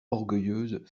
orgueilleuse